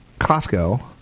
Costco